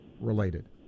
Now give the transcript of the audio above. related